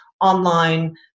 online